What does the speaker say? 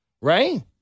Right